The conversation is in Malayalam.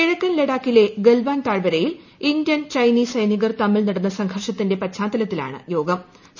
കിഴക്കൻ ലഡാക്കിലെ ഗൽവാൻ താഴ്വരയിൽ ഇന്ത്യ്ൻ ചൈനീസ് സൈനികർ തമ്മിൽ നടന്ന സംഘർഷത്തിന്റെ പശ്ചാത്തലത്തിലാണ് യോഗം